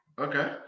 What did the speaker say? Okay